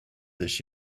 this